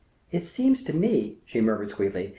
it seems to me, she murmured sweetly,